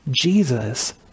Jesus